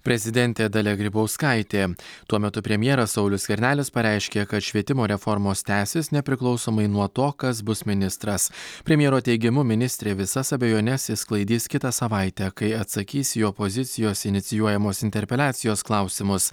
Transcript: prezidentė dalia grybauskaitė tuo metu premjeras saulius skvernelis pareiškė kad švietimo reformos tęsis nepriklausomai nuo to kas bus ministras premjero teigimu ministrė visas abejones išsklaidys kitą savaitę kai atsakys į opozicijos inicijuojamos interpeliacijos klausimus